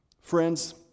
Friends